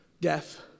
Death